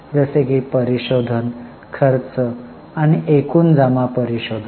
जसे की परीशोधन खर्च आणि एकूण जमा परीशोधन